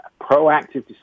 proactive